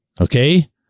okay